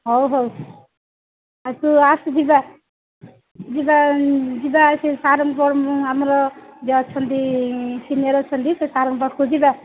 ହଉ ହଉ ତୁ ଆସ ଯିବା ଯିବା ଯିବା ସେ ସାର୍ଙ୍କ ଆମର ଯିଏ ଅଛନ୍ତି ସିନିଅର୍ ଅଛନ୍ତି ସେ ସାର୍ଙ୍କ ପାଖକୁ ଯିବା